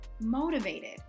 motivated